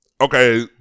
Okay